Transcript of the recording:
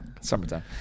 Summertime